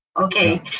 okay